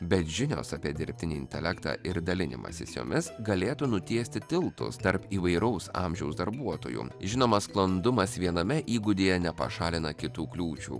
bet žinios apie dirbtinį intelektą ir dalinimasis jomis galėtų nutiesti tiltus tarp įvairaus amžiaus darbuotojų žinoma sklandumas viename įgūdyje nepašalina kitų kliūčių